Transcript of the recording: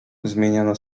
zmieniano